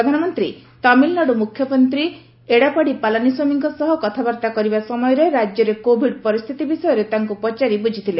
ପ୍ରଧାନମନ୍ତ୍ରୀ ତାମିଲନାଡୁ ମୁଖ୍ୟମନ୍ତ୍ରୀ ଏଡାପାଡି ପାଲାନିସ୍ୱାମୀଙ୍କ ସହ କଥାବାର୍ତ୍ତା କରିବା ସମୟରେ ରାଜ୍ୟରେ କୋଭିଡ୍ ପରିସ୍ଥିତି ବିଷୟରେ ତାଙ୍କୁ ପଚାରି ବୁଝିଥିଲେ